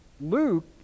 Luke